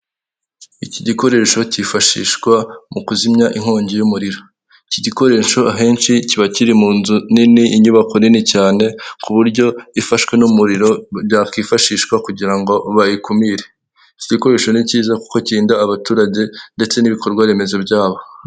Iki gikoresho cyifashishwa mu kuzimya inkongi y'umuriro ,iki gikoresho ahenshi kiba kiri mu nzu nini, inyubako nini cyane ku buryo ifashwe n'umuriro byakwifashishwa kugira ngo bayikumire. Iki gikoresho ni cyiza kuko kirinda abaturage ndetse n'ibikorwa remezo byabo.